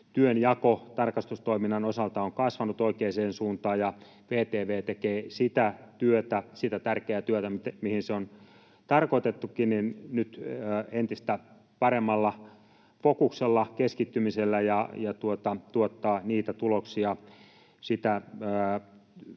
työnjako tarkastustoiminnan osalta on kasvanut oikeaan suuntaan. VTV tekee sitä työtä, sitä tärkeää työtä, mihin se on tarkoitettukin, nyt entistä paremmalla fokuksella, keskittymisellä, ja tuottaa niitä tuloksia,